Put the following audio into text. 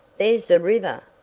there's the river!